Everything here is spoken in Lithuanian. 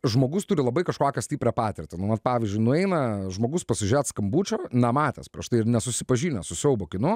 žmogus turi labai kažkokią stiprią patirtį pavyzdžiui nueina žmogus pasižiūrėt skambučio nematęs prieš tai ir nesusipažinęs su siaubo kinu